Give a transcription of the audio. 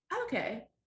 okay